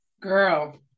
Girl